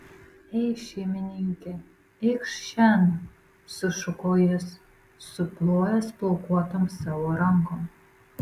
ei šeimininke eik šen sušuko jis suplojęs plaukuotom savo rankom